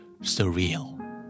surreal